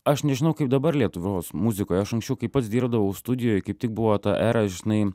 aš nežinau kaip dabar lietuvos muzikoj aš anksčiau kai pats dirbdavau studijoj kaip tik buvo ta era žinai